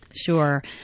sure